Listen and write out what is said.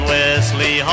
Wesley